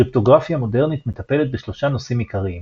קריפטוגרפיה מודרנית מטפלת בשלושה נושאים עיקריים